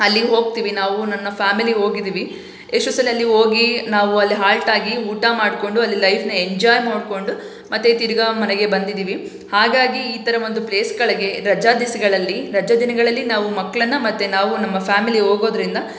ಅಲ್ಲಿ ಹೋಗ್ತೀವಿ ನಾವು ನನ್ನ ಫ್ಯಾಮಿಲಿ ಹೋಗಿದ್ದೀವಿ ಎಷ್ಟೋ ಸಲ ಅಲ್ಲಿ ಹೋಗಿ ನಾವು ಅಲ್ಲಿ ಹಾಲ್ಟ್ ಆಗಿ ಊಟ ಮಾಡಿಕೊಂಡು ಅಲ್ಲಿ ಲೈಫನ್ನ ಎಂಜೋಯ್ ಮಾಡಿಕೊಂಡು ಮತ್ತೆ ತಿರ್ಗಿ ಮನೆಗೆ ಬಂದಿದ್ದೀವಿ ಹಾಗಾಗಿ ಈ ಥರ ಒಂದು ಪ್ಲೇಸ್ಗಳಿಗೆ ರಜಾ ದಿವ್ಸ್ಗಳಲ್ಲಿ ರಜಾದಿನಗಳಲ್ಲಿ ನಾವು ಮಕ್ಕಳನ್ನ ಮತ್ತು ನಾವು ನಮ್ಮ ಫ್ಯಾಮಿಲಿ ಹೋಗೋದ್ರಿಂದ